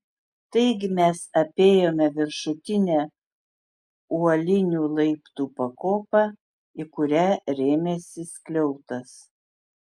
taigi mes apėjome viršutinę uolinių laiptų pakopą į kurią rėmėsi skliautas